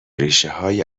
ریشههای